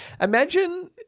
Imagine